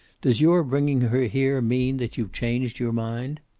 does your bringing her here mean that you've changed your mind?